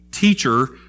teacher